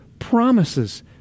Promises